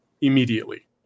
immediately